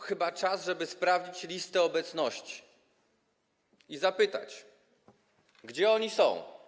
Chyba czas, żeby sprawdzić listę obecności i zapytać, gdzie oni są.